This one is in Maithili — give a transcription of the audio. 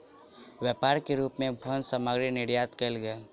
व्यापार के रूप मे भोजन सामग्री निर्यात कयल गेल